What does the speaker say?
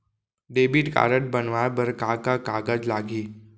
Debit card बनवाये बर का का कागज लागही?